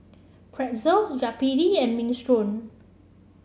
Pretzel Chapati and Minestrone